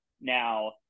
now